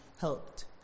helped